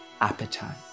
appetite